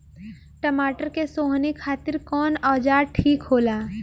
टमाटर के सोहनी खातिर कौन औजार ठीक होला?